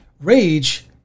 Rage